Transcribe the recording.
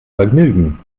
vergnügen